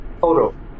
photo